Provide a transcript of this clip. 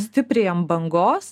stipriai ant bangos